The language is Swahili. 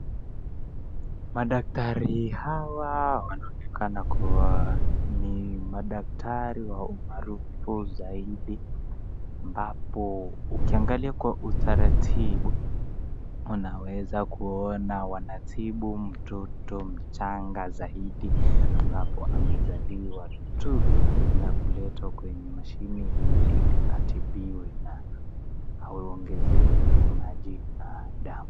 Madaktari hawa wanaonekana kuwa ni madaktari wa umaarufu zaidi. Ambapo ukiangalia kwa utaratibu, unaweza kuona wanatibu mtoto mchanga zaidi ambapo amezaliwa tu na kuletwa kwenye mashine ili atibiwe na aongezewe maji na damu.